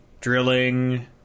drilling